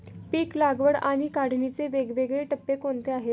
पीक लागवड आणि काढणीचे वेगवेगळे टप्पे कोणते आहेत?